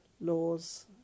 laws